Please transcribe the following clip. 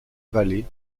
vallée